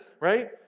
right